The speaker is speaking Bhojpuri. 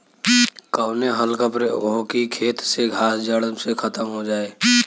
कवने हल क प्रयोग हो कि खेत से घास जड़ से खतम हो जाए?